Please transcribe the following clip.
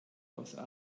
außer